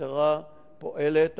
המשטרה פועלת,